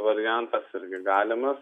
variantas irgi galimas